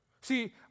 See